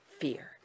fear